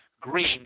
Green